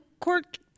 court